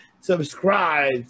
subscribe